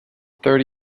thirty